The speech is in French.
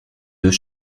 deux